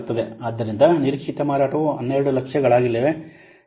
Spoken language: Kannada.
ಆದ್ದರಿಂದ ನಿರೀಕ್ಷಿತ ಮಾರಾಟವು 1200000 ಗಳಾಗಲಿದೆ